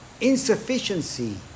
insufficiency